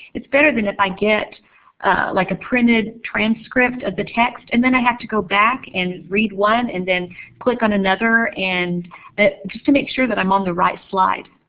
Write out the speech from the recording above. it's better than if i get like a printed transcript of the text, and then i have to go back and read one and then click on another and just to make sure that i'm on the right slide.